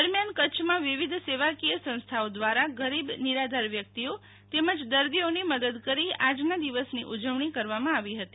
દરમ્યાન કચ્છમાં વિવિધ સેવાકીય સંસ્થાઓ દ્રારા ગરીબનિરાધાર વ્યક્તિઓ તેમ દર્દીઓની મદદ કરી આજના દિવસની ઉજવણી કરવામાં આવી હતી